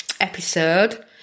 episode